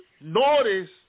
notice